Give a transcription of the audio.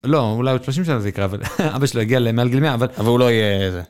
לא, אולי עוד 30 שנה זה יקרה, אבל אבא שלו הגיע למעל גיל 100, אבל... אבל הוא לא יהיה זה...